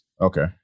okay